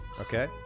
Okay